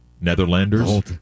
Netherlanders